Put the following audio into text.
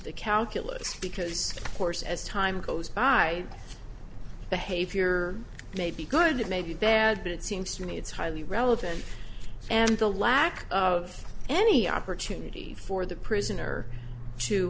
the calculus because course as time goes by behavior may be good it may be bad but it seems to me it's highly relevant and the lack of any opportunity for the prisoner to